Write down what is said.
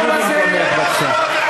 שבי במקומך בבקשה.